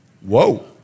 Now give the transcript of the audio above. Whoa